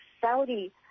Saudi